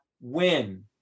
win